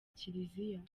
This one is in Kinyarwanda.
kiriziya